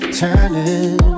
turning